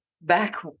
back